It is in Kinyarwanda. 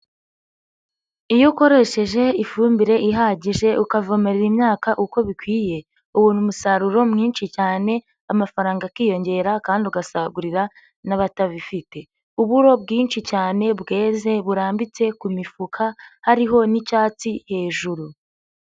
Iyo ukoresheje ifumbire ihagije ukavomerera imyaka uko bikwiye ubona umusaruro mwinshi cyane amafaranga akiyongera kandi ugasagurira n'abatabifite. Uburo bwinshi cyane bweze burambitse ku mifuka hariho n'icyatsi hejuru.